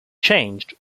changed